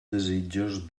desitjos